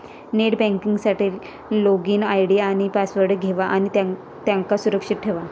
net banking साठी login ID आणि password घेवा आणि त्यांका सुरक्षित ठेवा